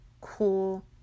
cool